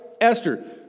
Esther